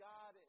God